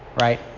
right